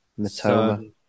Matoma